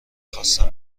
خواستم